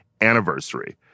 anniversary